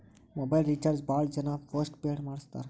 mobile recharge ಭಾಳ್ ಜನ postpaid ಮಾಡಸ್ತಾರ